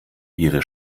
ihre